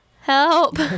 help